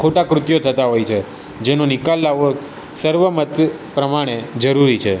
ખોટા કૃત્યો થતાં હોય છે જેનો નિકાલ લાવવો સર્વમત પ્રમાણે જરૂરી છે